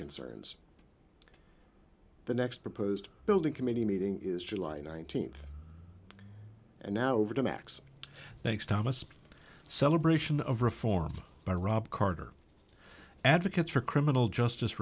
concerns the next proposed building committee meeting is july nineteenth and now over to max thanks thomas celebration of reform by rob carter advocates for criminal justice